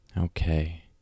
Okay